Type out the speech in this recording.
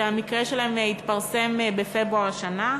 שהמקרה שלהם התפרסם בפברואר השנה.